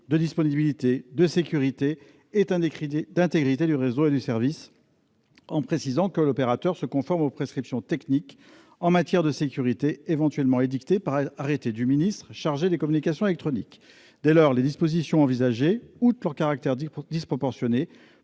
de disponibilité, de sécurité et d'intégrité du réseau et du service. Elles précisent également que l'opérateur se conforme aux prescriptions techniques en matière de sécurité éventuellement édictées par arrêté du ministre chargé des communications électroniques. Dès lors, les dispositions envisagées seraient disproportionnées